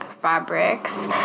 fabrics